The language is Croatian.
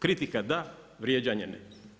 Kritika da, vrijeđanje ne.